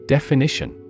Definition